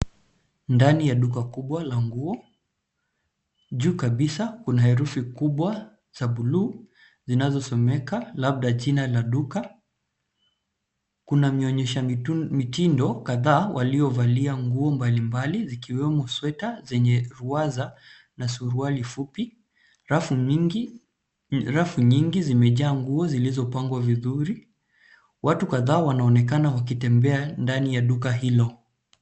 Ndani ya duka kubwa la nguo, juu kabisaa kuna herufi kubwa za buluu zinazosomeka labda jina la duka, kuna mionyesha mitindo kadhaa waliovalia nguo mbalimbali zikiwemo Sweta zenye ruwaza na suruali fupi, rafu nyingi zimejaaa nguo zilizopangwa vizuri. Watu kadhaa wanaonekana wakitembea ndani ya duka hilo.